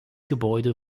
gebäude